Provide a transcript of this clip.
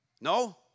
No